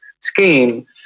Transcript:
scheme